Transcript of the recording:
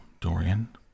Dorian